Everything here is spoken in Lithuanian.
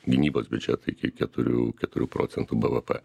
gynybos biudžetą iki keturių keturių procentų bvp